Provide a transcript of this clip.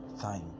time